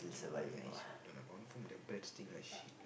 uh confirm their birds stink like shit lah